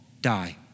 die